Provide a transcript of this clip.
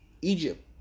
Egypt